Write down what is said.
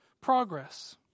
progress